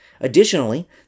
Additionally